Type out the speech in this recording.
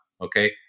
Okay